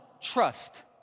trust